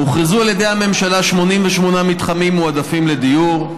הוכרזו על ידי הממשלה 88 מתחמים מועדפים לדיור,